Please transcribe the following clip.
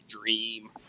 dream